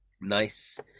Nice